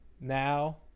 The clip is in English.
now